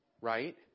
Right